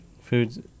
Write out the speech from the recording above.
Food's